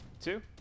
two